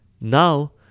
Now